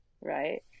right